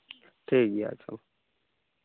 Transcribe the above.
ᱴᱷᱤᱠ ᱜᱮᱭᱟ ᱟᱪᱪᱷᱟ ᱢᱟ